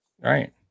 Right